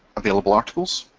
available articles.